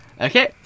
Okay